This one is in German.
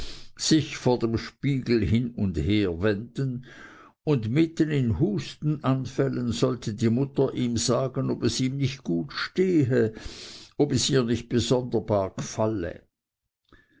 sich vor dem spiegel hin und her wenden und mitten in hustenanfällen sollte die mutter ihm sagen ob es ihm nicht gut stehe ob es ihr nicht bsonderbar gefalle